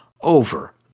over